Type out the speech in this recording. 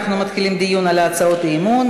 אנחנו מתחילים את הדיון על הצעות האי-אמון.